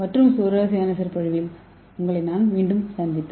மற்றொரு சுவாரஸ்யமான சொற்பொழிவில் உங்களைப் பார்ப்பேன்